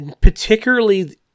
particularly